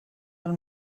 del